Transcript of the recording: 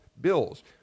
bills—